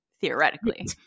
theoretically